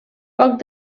poc